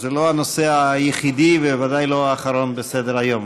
זה לא הנושא היחידי ובוודאי לא האחרון בסדר-היום.